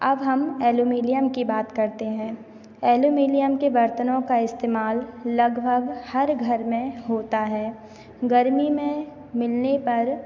अब हम एलुमिलियम की बात करते हैं एलुमिलियम के बर्तनों का इस्तेमाल लगभग हर घर में होता है गर्मी में मिलने पर